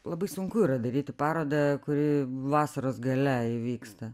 labai sunku yra daryti parodą kuri vasaros gale įvyksta